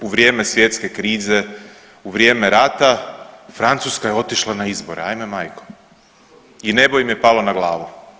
U vrijeme svjetske krize, u vrijeme rata Francuska je otišla na izbore, ajme majko i nebo im je palo na glavu.